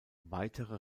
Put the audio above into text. weitere